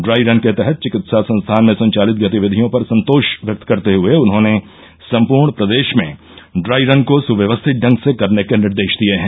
dry run के तहत विकित्सा संस्थान में संचालित गतिविधियों पर संतोष व्यक्त करते हुए उन्होंने सम्पूर्ण प्रदेश में ड्राई रन को सुव्यवस्थित ढंग से करने के निर्देश दिए हैं